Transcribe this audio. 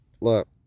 Look